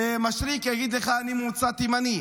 משריקי יגיד לך: אני ממוצא תימני.